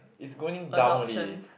it's going down only